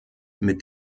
mit